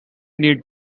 need